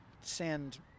send